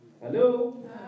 Hello